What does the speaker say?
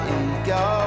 ego